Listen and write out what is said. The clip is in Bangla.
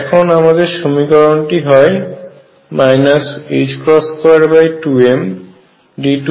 এখন আমদের সমীকরণটি হয় 22md2udr2 ll122mr2u Ze24π01ru